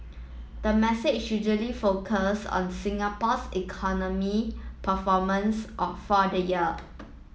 the message usually focus on Singapore's economy performance for the year